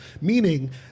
meaning